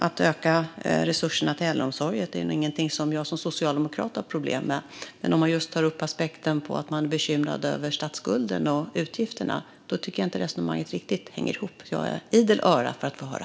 Att öka resurserna till äldreomsorgen är ingenting som jag som socialdemokrat har problem med. Men om man tar upp aspekten att man är bekymrad över statsskulden och utgifterna tycker jag inte att resonemanget riktigt hänger ihop. Jag är idel öra för att få höra.